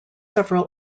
several